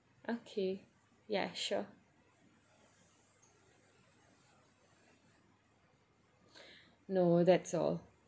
okay ya sure no that's all